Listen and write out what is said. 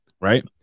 right